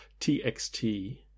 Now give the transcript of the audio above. TXT